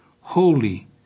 holy